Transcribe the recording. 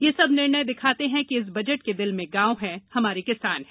ये सब निर्णय दिखाते हैं कि इस बजट के दिल में गांव हैं हमारे किसान हैं